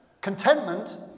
Contentment